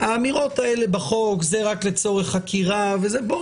האמירות האלה בחוק שזה רק לצורך חקירה בואו